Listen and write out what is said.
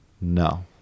no